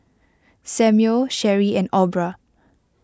Samuel Cherie and Aubra